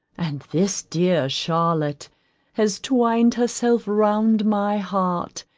and this dear charlotte has twined herself round my heart,